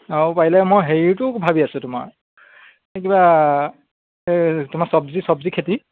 অঁ পাৰিলে মই হেৰিটো ভাবি আছোঁ তোমাৰ এই কিবা এই তোমাৰ চব্জি চব্জি খেতি